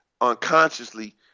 unconsciously